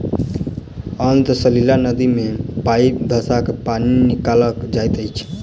अंतः सलीला नदी मे पाइप धँसा क पानि निकालल जाइत अछि